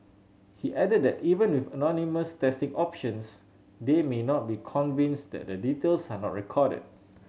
he added that even with anonymous testing options they may not be convinced that their details are not recorded